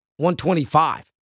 125